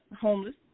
homeless